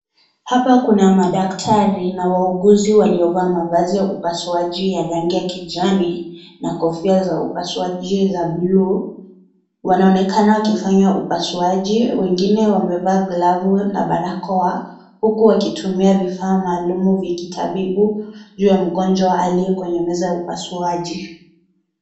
Hapa kuna madaktari na wauguzi waliovaa mavazi ya upasuaji wa rangi ya kijani na kofia za upasuaji za bluu. Wanaonekana wakifanya upasuaji. Wengine wamevaa glavu na barakoa huku wakitumia vifaa maalum vya kitabibu juu ya mgonjwa aliye kwenye meza ya upasuaji.